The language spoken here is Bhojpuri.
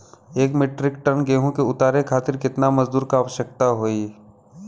एक मिट्रीक टन गेहूँ के उतारे खातीर कितना मजदूर क आवश्यकता होई?